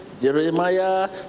Jeremiah